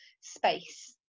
space